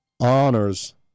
honors